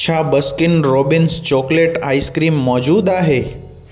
छा Baskin Robbins chocolate ice cream मौज़ूदु आहे